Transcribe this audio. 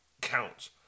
counts